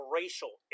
racial